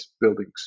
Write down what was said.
buildings